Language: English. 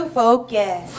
focus